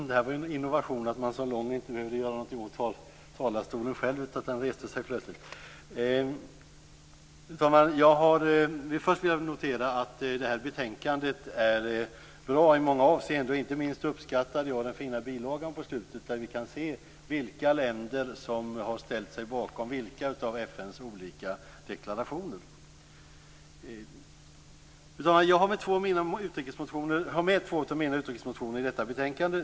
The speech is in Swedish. Fru talman! Först vill jag notera att det här betänkandet är bra i många avseenden. Inte minst uppskattade jag den fina bilagan på slutet, där vi kan se vilka länder som har ställt sig bakom vilka av FN:s olika deklarationer. Fru talman! Jag har med två av mina utrikesmotioner i detta betänkande.